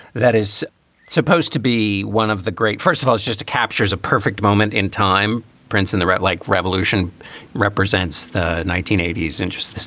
that is supposed to be one of the great first of all, it just captures a perfect moment in time. prince and the right like revolution represents the nineteen eighties interest,